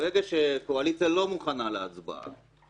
ברגע שהקואליציה לא מוכנה להצבעה,